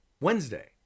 Wednesday